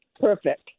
perfect